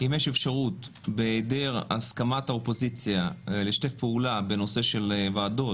בהיעדר הסכמת האופוזיציה לשתף פעולה בנושא של ועדות,